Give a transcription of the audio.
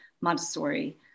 Montessori